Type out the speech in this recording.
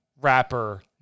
rapper